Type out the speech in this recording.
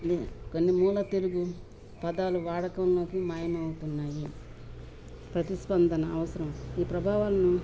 కొన్ని మూల తెలుగు పదాలు వాడకంలోకి మాయం అవుతున్నాయి ప్రతిస్పందన అవసరం ఈ ప్రభావాలను